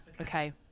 Okay